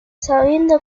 sabiendo